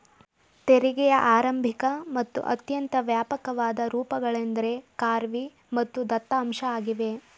ತೆರಿಗೆಯ ಆರಂಭಿಕ ಮತ್ತು ಅತ್ಯಂತ ವ್ಯಾಪಕವಾದ ರೂಪಗಳೆಂದ್ರೆ ಖಾರ್ವಿ ಮತ್ತು ದತ್ತಾಂಶ ಆಗಿವೆ